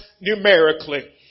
numerically